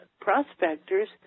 prospectors